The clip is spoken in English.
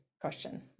question